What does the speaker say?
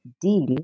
deal